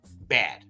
bad